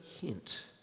hint